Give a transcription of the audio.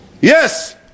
Yes